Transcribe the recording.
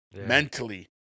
Mentally